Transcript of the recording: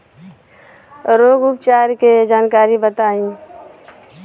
रोग उपचार के जानकारी बताई?